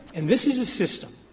and this is a system,